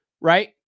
right